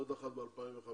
עוד אחת ב-2005,